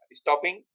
stopping